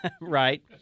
right